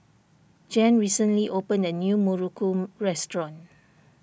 Jan recently opened a new Muruku restaurant